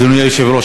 אדוני היושב-ראש,